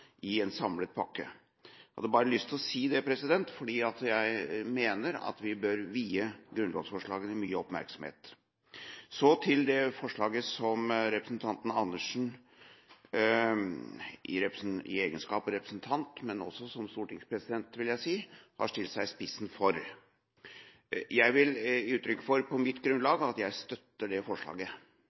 i en samlet pakke. Jeg hadde bare lyst til å si det, fordi jeg mener at vi bør vie grunnlovsforslagene mye oppmerksomhet. Så til dette forslaget som representanten Andersen, i egenskap av representant, men også som stortingspresident, har stilt seg i spissen for. Jeg vil gi uttrykk for, på mitt grunnlag, at jeg støtter det forslaget.